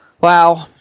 Wow